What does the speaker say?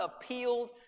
appealed